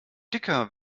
dicker